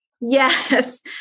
Yes